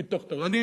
נא לסיים.